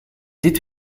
dit